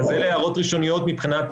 11:49) אלה הערות ראשוניות מבחינת